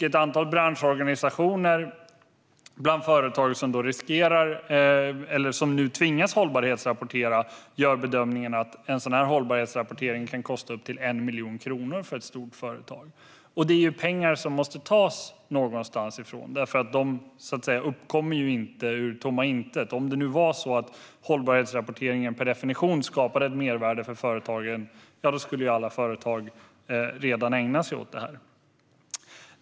Ett antal branschorganisationer bland företagen som nu tvingas att hållbarhetsrapportera gör bedömningen att en sådan här hållbarhetsrapportering kan kosta upp till 1 miljon kronor för ett stort företag. Det är ju pengar som måste tas någonstans ifrån, för de kommer ju inte upp ur tomma intet. Om det nu var så att hållbarhetsrapporteringen per definition skapade ett mervärde för företagen skulle ju alla företag redan ägna sig åt det här.